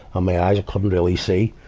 my eyes i couldn't really see.